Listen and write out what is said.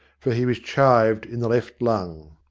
for he was chived in the left lung.